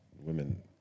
Women